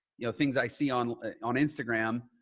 you know, things i see on on instagram.